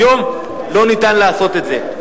היום אי-אפשר לעשות את זה.